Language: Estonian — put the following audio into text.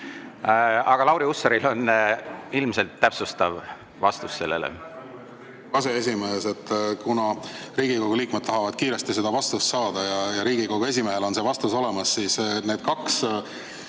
Aga Lauri Hussaril on ilmselt täpsustav vastus sellele.